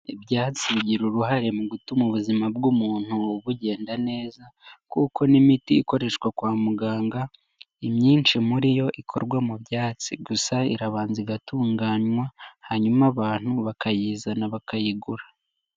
Ibyatsi bigira uruhare mu gutuma ubuzima bw'umuntu bugenda neza kuko n'imiti ikoreshwa kwa muganga imyinshi muri yo ikorwa mu byatsi gusa irabanza igatunganywa hanyuma abantu bakayizana bakayigura.